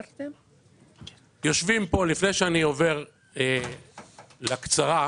לפני שאני עובר ל"בקצרה"